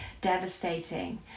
devastating